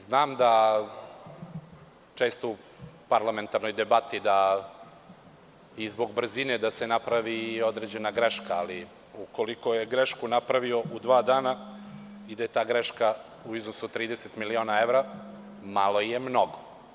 Znam da često u parlamentarnoj debati i zbog brzine se napravi određena greška, ali ukoliko je grešku napravio u dva dana i da je ta greška u iznosu od 30 miliona evra, malo je mnogo.